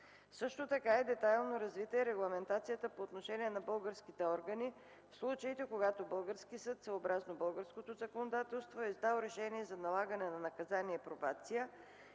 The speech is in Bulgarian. Също така е детайлно развита и регламентацията по отношение на българските органи в случаите, когато български съд, съобразно българското законодателство, е издал решение за налагане на наказание пробация